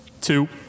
two